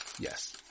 Yes